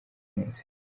munsi